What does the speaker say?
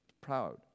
proud